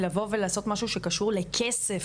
לבוא ולעשות משהו שקשור לכסף,